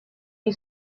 you